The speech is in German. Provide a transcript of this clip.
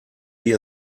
sie